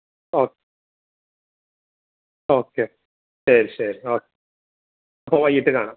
ഓ okay ശരി ശരി ഓ അപ്പം വൈകിട്ട് കാണാം